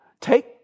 take